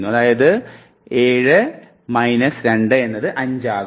അതായത് 7 മൈനസ് 2 എന്നത് 5 ആകുന്നു